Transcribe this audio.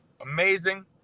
amazing